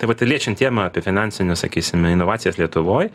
tai vat ir liečiant temą apie finansines sakysime inovacijas lietuvoj